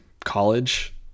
college